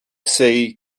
code